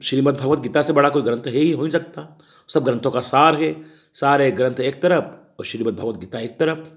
श्रीमद्भगवद्गीता से बड़ा कोई ग्रंथ है ही हो ही नहीं सकता सब ग्रंथों का सार है सारे ग्रंथ एक तरफ और श्रीमद्भगवद्गीता एक तरफ